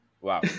Wow